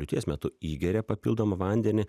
liūties metu įgeria papildomą vandenį